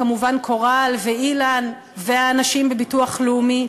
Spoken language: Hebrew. כמובן קורל ואילן והאנשים בביטוח לאומי.